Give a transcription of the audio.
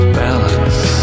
balance